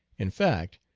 in fact,